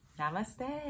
namaste